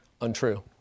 untrue